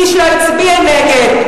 איש לא הצביע נגד.